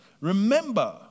Remember